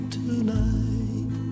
tonight